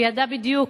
וידעה בדיוק